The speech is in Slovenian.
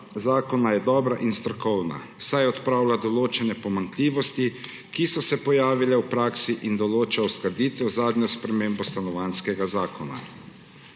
zakona je dobra in strokovna, saj odpravlja določene pomanjkljivosti, ki so se pojavile v praksi, in določa uskladitev z zadnjo spremembo Stanovanjskega zakona.